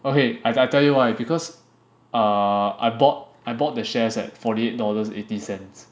okay I I tell you why because uh I bought I bought the shares at forty eight dollars eighty cents